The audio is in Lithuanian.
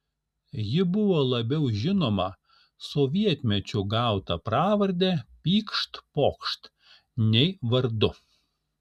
ji buvo labiau žinoma sovietmečiu gauta pravarde pykšt pokšt nei vardu